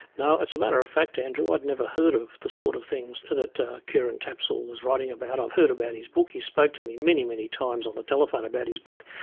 no, as a matter of fact andrew i'd never heard of the sort of things that keiran tapsell was writing about. i've heard about his book, he spoke to me many, many times on the telephone about his book.